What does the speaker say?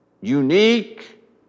unique